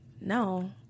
No